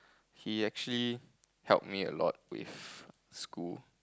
he actually help me a lot with school